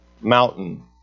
mountain